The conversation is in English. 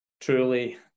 truly